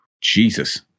Jesus